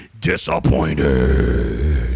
disappointed